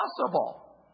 possible